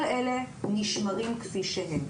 כל אלה נשמרים כפי שהם.